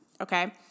okay